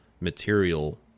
material